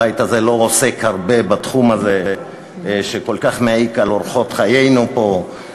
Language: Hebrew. הבית הזה לא עוסק הרבה בתחום הזה שכל כך מעיק על אורחות חיינו פה,